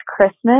Christmas